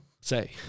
say